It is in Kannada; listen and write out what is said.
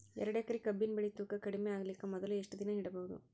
ಎರಡೇಕರಿ ಕಬ್ಬಿನ್ ಬೆಳಿ ತೂಕ ಕಡಿಮೆ ಆಗಲಿಕ ಮೊದಲು ಎಷ್ಟ ದಿನ ಇಡಬಹುದು?